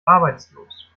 arbeitslos